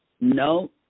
no